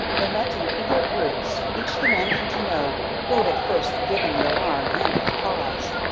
they met in eager groups, each demanding to know who had first given the alarm and its cause.